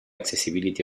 accessibility